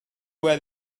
where